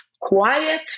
quiet